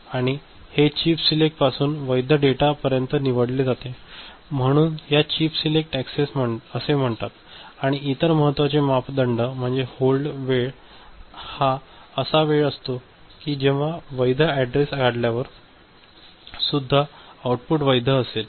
आणि हे chip select पासून हे वैध डेटा पर्यंत निवडले जाते म्हणून याला चिप सिलेक्ट ऍक्सेस असे म्हणतात आणि इतर महत्त्वाचे मापदंड म्हणजे होल्ड वेळ हा असा वेळ असतो की जेव्हा वैध ऍडरेस काढल्यावर सुद्धा आउटपुट वैध असते